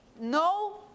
no